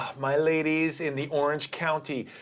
my ladies in the orange county.